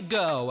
go